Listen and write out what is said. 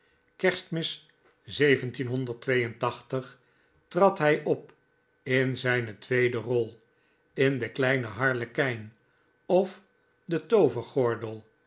kerstmis trad hij op in zijne tweede rol in de kleine harlekijn of de